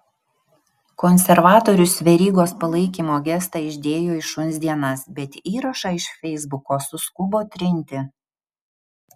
konservatorius verygos palaikymo gestą išdėjo į šuns dienas bet įrašą iš feisbuko suskubo trinti